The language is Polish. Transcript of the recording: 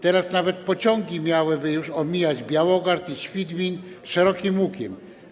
Teraz nawet pociągi miałyby już omijać Białogard i Świdwin szerokim łukiem.